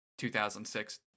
2006